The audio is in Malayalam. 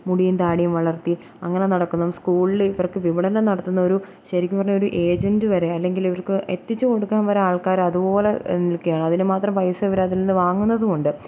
മുടിയും താടിയും വളർത്തി അങ്ങനെ നടക്കുന്നതും സ്കൂളിൽ ഇവർക്കു വിപണനം നടത്തുന്ന ഒരു ശരിക്കും പറഞ്ഞാൽ ഒരു ഏജൻറ്റ് വരെ അല്ലെങ്കിലിവർക്ക് എത്തിച്ചുകൊടുക്കാൻ വരെ ആൾക്കാരതുപോലെ നിൽക്കുകയാണ് അതിനു മാത്രം പൈസ ഇവർ അതിൽനിന്നും വാങ്ങുന്നതുമുണ്ട്